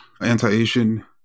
anti-Asian